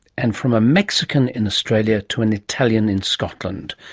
and from a mexican in australia to an italian in scotland,